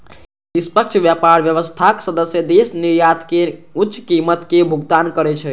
निष्पक्ष व्यापार व्यवस्थाक सदस्य देश निर्यातक कें उच्च कीमतक भुगतान करै छै